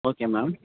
okay ma'am